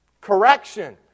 Correction